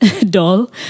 doll